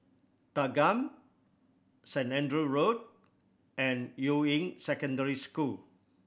Thanggam Saint Andrew Road and Yuying Secondary School